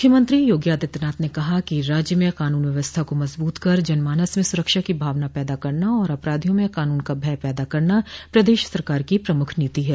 मुख्यमंत्री योगी आदित्यनाथ ने कहा कि राज्य में कानून व्यवस्था को मजबूत कर जन मानस में सुरक्षा की भावना पैदा करना और अपराधियों में कानून का भय पैदा करना प्रदेश सरकार की प्रमुख नीति है